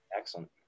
Excellent